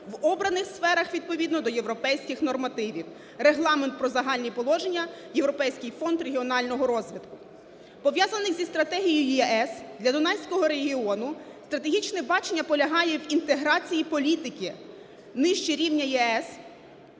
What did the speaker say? в обраних сферах відповідно до європейських нормативів: Регламент про загальні положення, Європейський фонд регіонального розвитку. Пов'язане зі стратегією ЄС для Дунайського регіону стратегічне бачення полягає в інтеграції політики нижче рівня ЄС,